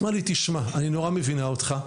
אמרה לי: תשמע, אני נורא מבינה אותך,